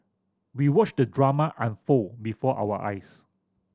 we watched the drama unfold before our eyes